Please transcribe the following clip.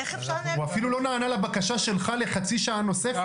איך אפשר --- הוא אפילו לא נענה לבקשה שלך לחצי שעה נוספת,